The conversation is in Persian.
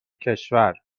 کشور